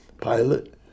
pilot